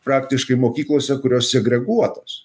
praktiškai mokyklose kurios segreguotos